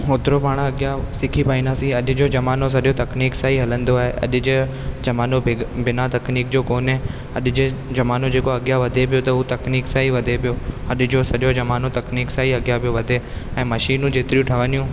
ओतिरो पाण अॻियां सिखी पाईंदासीं अॼ जो ज़मानो सॼो तकनीक सां ई हलंदो आहे ऐं अॼ जो ज़मानो बिग बिना तकनीक जो कोन्हे अॼ जो ज़मानो जेको अॻियां वधे पियो त उहो तकनीक सां ई वधे पियो अॼ जो सॼो ज़मानो तकनीक सां ई अॻियां पियो वधे ऐं मशीनूं जेतिरियूं ठहंदियूं